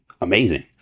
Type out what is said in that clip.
amazing